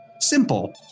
Simple